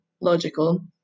logical